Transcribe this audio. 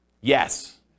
Yes